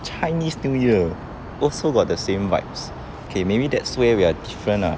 chinese new year also got the same vibes okay maybe that's where we are different lah